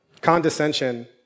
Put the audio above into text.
condescension